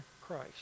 Christ